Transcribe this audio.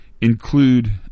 include